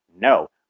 No